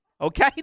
Okay